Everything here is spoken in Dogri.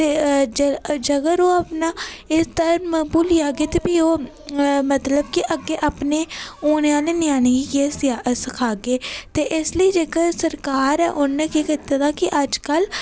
ते एह् साढ़े जेकर ओह् अपना एह् धर्म भुल्ली जाह्गे ते फ्ही ओह् मतलब कि अग्गें अपने औने आह्लें ञ्यानें गी केह् सखागे ते इस लेई जेकर सरकार ऐ उ'नें केह् कीते दा कि अजकल